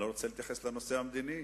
אני לא רוצה להתייחס לנושא המדיני,